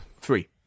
three